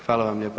Hvala vam lijepa.